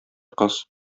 кыз